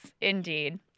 indeed